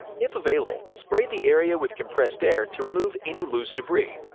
if available, spray the area with compressed air to remove any loose debris.